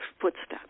footsteps